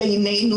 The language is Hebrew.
בינינו,